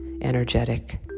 energetic